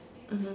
mmhmm